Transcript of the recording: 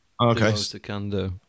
okay